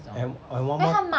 and and one more